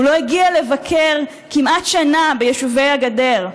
הוא לא הגיע לבקר כמעט שנה ביישובי הגדר.